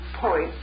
point